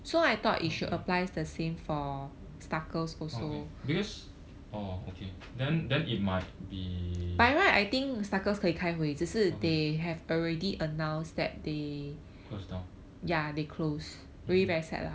okay okay because orh okay then then it might be okay close down